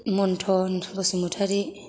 Manthan Basumatary